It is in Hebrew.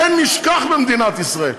זה נשכח במדינת ישראל.